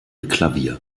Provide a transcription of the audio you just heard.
klavier